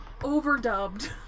overdubbed